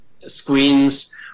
screens